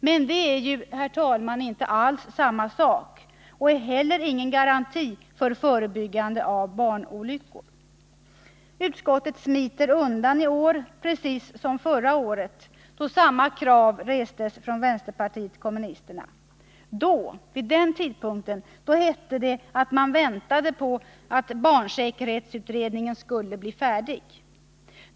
Men det är ju inte alls samma sak och är heller ingen garanti för förebyggande av barnolyckor. Utskottet smiter undan i år precis som förra året, då samma krav restes från vänsterpartiet kommunisterna. Vid den tidpunkten hette det att man väntade på att barnsäkerhetsutredningen skulle bli färdig.